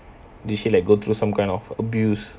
did she like go through some kind of abuse